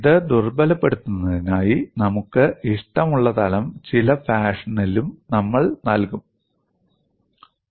ഇത് ദുർബലപ്പെടുത്തുന്നതിനായി നമുക്ക് ഇഷ്ടമുള്ള തലം ചില ഫാഷനിലും നമ്മൾ നൽകും